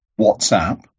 whatsapp